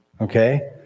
Okay